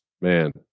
man